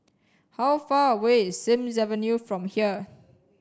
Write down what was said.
how far away is Sims Avenue from here